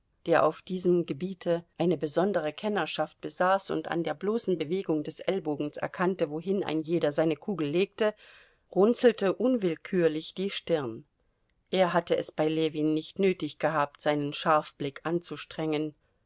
der auf diesem gebiete eine besondere kennerschaft besaß und an der bloßen bewegung des ellbogens erkannte wohin ein jeder seine kugel legte runzelte unwillkürlich die stirn er hatte es bei ljewin nicht nötig gehabt seinen scharfblick anzustrengen